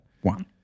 One